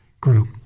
group